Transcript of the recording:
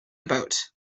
about